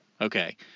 Okay